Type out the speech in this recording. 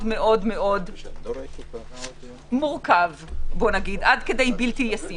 מאוד מורכב עד כדי בלתי ישים.